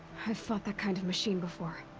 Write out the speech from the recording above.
i've fought that kind of machine before.